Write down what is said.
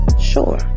sure